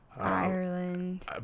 Ireland